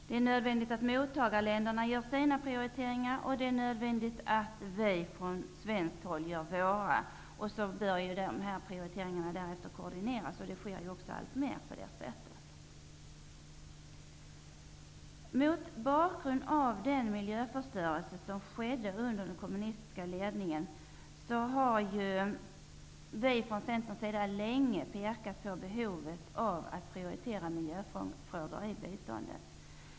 Det är nödvändigt att mottagarländerna gör sina prioriteringar och att vi från svenskt håll gör våra. Därefter bör prioriteringarna koordineras. Så sker också alltmer. Mot bakgrund av den miljöförstörelse som skedde under den kommunistiska ledningen, har vi från Centerns sida länge pekat på behovet av att prioritera miljöfrågor i biståndet.